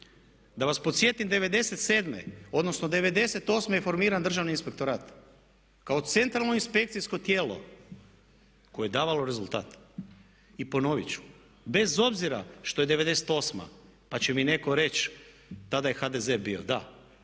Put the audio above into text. Da vas podsjetim, '97. odnosno '98. je formiran Državni inspektorat kao centralno inspekcijsko tijelo koje je davalo rezultat. I ponovit ću, bez obzira što je '98. pa će mi netko reći tada je HDZ bio, da,